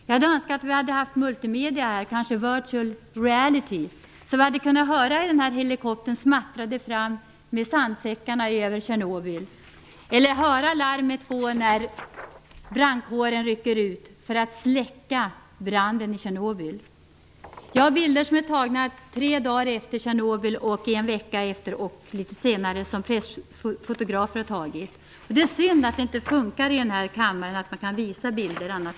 Jag hade önskat att vi hade haft multimedia här och kanske virtual reality så att vi hade kunnat höra en helikopters smattrande med sandsäckarna över Tjernobyl eller höra larmet när brandkåren rycker ut för att släcka branden i Tjernobyl. Jag har med mig bilder som är tagna tre dagar efter Tjernobylolyckan och en vecka efter. Det är synd att man i kammaren inte kan visa bilderna.